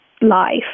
life